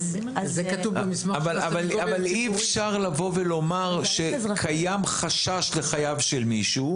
אבל אי אפשר לבוא ולומר שקיים חשש לחייו של מישהו,